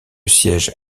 siège